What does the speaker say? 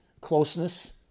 closeness